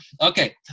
Okay